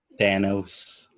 Thanos